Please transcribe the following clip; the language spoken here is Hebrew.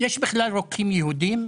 יש בכלל רוקחים יהודים?